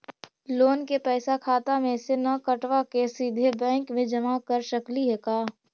Loan के पैसा खाता मे से न कटवा के सिधे बैंक में जमा कर सकली हे का?